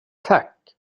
tack